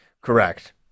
Correct